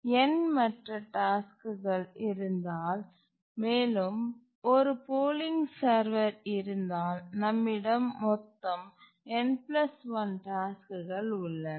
n மற்ற டாஸ்க்குகள் இருந்தால் மேலும் 1 போலிங் சர்வர் இருந்தால் நம்மிடம் மொத்தம் n 1 டாஸ்க்குகள் உள்ளன